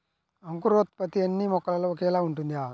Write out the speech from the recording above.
అంకురోత్పత్తి అన్నీ మొక్కలో ఒకేలా ఉంటుందా?